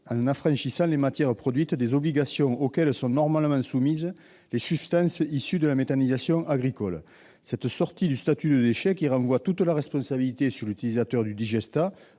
en affranchissant les matières produites des obligations auxquelles sont normalement soumises les substances issues de la méthanisation agricole. Cette sortie du statut de déchets qui renvoie toute la responsabilité sur l'utilisateur du digestat,